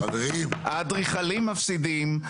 האדריכלים מפסידים,